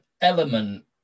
element